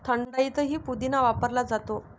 थंडाईतही पुदिना वापरला जातो